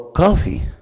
coffee